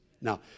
Now